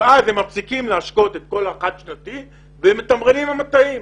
ואז הם מפסיקים להשקות את כל החד-שנתיים ומתמרנים עם המטעים.